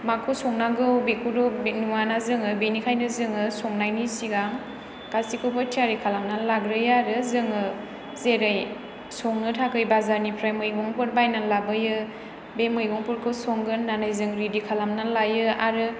माखौ संनांगौ बेखौथ' नुवा ना जोङो बेनिखायनो जोङो संनायनि सिगां गासिखौबो थियारि खालामना लाग्रोयो आरो जोङो जेरै संनो थाखाय बाजारनिफ्राइ मैगंफोर बायना लाबोयो बे मैगंफोरखौ संगोन होन्नानै जों रेदि खालामनानै लायो आरो